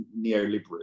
neoliberalism